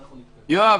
אנחנו --- יואב,